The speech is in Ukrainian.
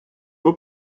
або